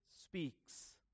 Speaks